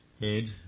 head